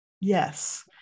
Yes